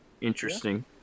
interesting